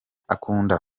akunda